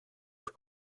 eich